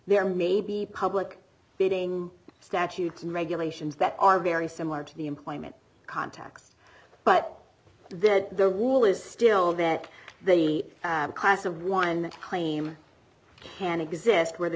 there may be public bidding statutes and regulations that are very similar to the employment contacts but that there will is still that the class of one claim can exist where the